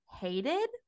hated